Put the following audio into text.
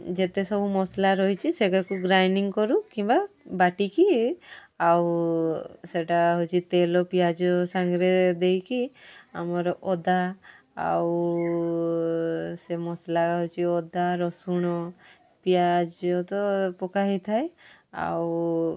ଯେତେ ସବୁ ମସଲା ରହିଛି ସେଗାକୁ ଗ୍ରାଇଣ୍ଡିଙ୍ଗ୍ କରୁ କିମ୍ବା ବାଟିକି ଆଉ ସେଇଟା ହେଉଛି ତେଲ ପିଆଜ ସାଙ୍ଗରେ ଦେଇକି ଆମର ଅଦା ଆଉ ସେ ମସଲା ହେଉଛି ଅଦା ରସୁଣ ପିଆଜ ତ ପକା ହୋଇଥାଏ ଆଉ